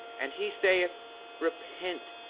and he saith repent,